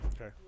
Okay